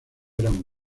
eran